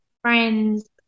friends